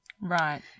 Right